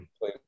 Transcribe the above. Play